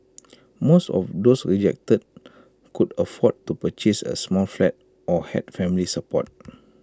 most of those rejected could afford to purchase A small flat or had family support